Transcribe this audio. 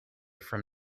from